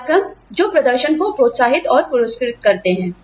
कार्यक्रम जो प्रदर्शन को प्रोत्साहित और पुरस्कृत करते हैं